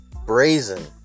brazen